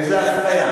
איזו אפליה?